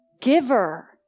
Giver